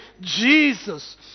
Jesus